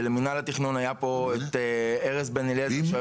ולמינהל התכנון היה פה את ארז בן אליעזר.